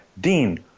Dean